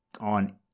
on